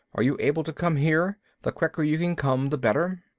are you able to come here? the quicker you can come the better.